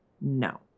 No